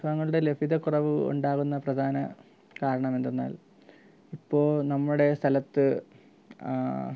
വിഭവങ്ങളുടെ ലഭ്യതക്കുറവ് ഉണ്ടാകുന്ന പ്രധാന കാരണമെന്തെന്നാൽ ഇപ്പോള് നമ്മുടെ സ്ഥലത്ത് ആ